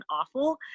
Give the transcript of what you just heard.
awful